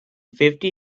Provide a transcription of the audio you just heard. fifty